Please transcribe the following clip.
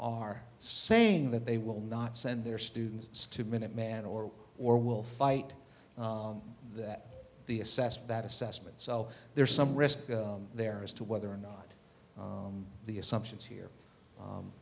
are saying that they will not send their students to minuteman or or will fight that the assessment that assessment so there's some risk there as to whether or not the assumptions here